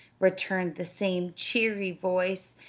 returned the same cheery voice,